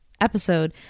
episode